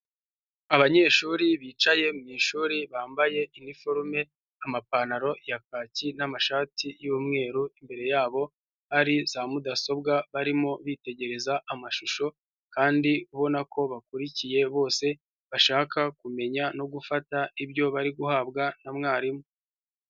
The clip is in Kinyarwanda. Abanyeshuri bicaye mu ishuri bambaye iniforume, amapantaro ya kaki n'amashati y'umweru, imbere yabo hari za mudasobwa barimo bitegereza amashusho kandi ubona ko bakurikiye bose bashaka kumenya no gufata ibyo bari guhabwa na mwarimu.